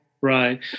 Right